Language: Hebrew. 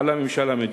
ב"על הממשל המדיני".